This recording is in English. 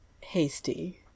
hasty